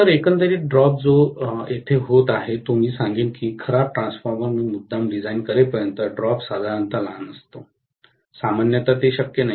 तर एकंदरीत ड्रॉप जो येथे होत आहे तो मी सांगेन की खराब ट्रान्सफॉर्मर मी मुद्दाम डिझाइन करेपर्यंत ड्रॉप साधारणत लहान असतो सामान्यत ते शक्य नाही